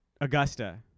Augusta